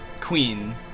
Queen